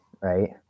right